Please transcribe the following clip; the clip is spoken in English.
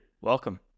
welcome